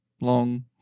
long